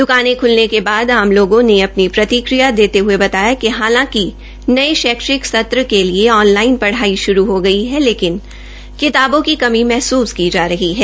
दुकानें खुलने के बाद आम लोगों ने अपनी प्रतिक्रिया देते हुए कहा कि नये शैक्षिक सत्र के लिए ऑनलाईन पढाई शुरू हो गई थी लेकिन किताबों की कमी महसुस की जा रही है